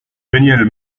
danielle